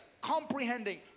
comprehending